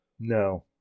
No